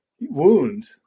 wound